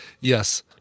Yes